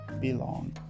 belong